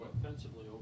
offensively